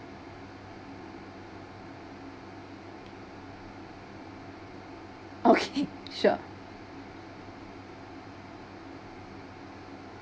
okay sure